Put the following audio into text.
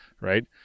Right